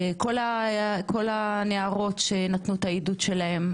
כל הנערות שנתנו את העדות שלהן,